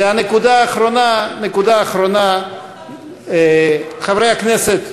הנקודה האחרונה, חברי הכנסת: